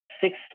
six